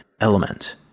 element